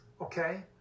okay